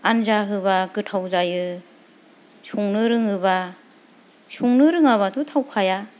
आनजा होबा गोथाव जायो संनो रोङोबा संनो रोङाबाथ' थावखाया